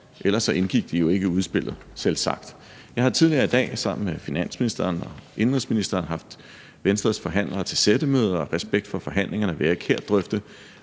ellers så indgik de jo ikke i udspillet, selvsagt. Jeg har tidligere i dag sammen med finansministeren og indenrigsministeren haft Venstres forhandlere til sættemøder, og af respekt for forhandlingerne vil jeg ikke her drøfte,